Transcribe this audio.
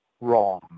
wrong